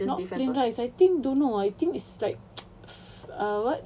not plain rice eh I think don't know ah I think it's like uh what